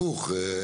הפוך,